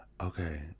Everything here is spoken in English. Okay